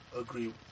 agree